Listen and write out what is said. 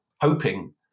hoping